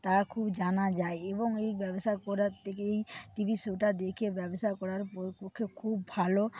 তা খুব জানা যায় এবং এই ব্যবসা করার থেকেই এই টিভি শোটা দেখে ব্যবসা করার পক্ষে খুব ভালো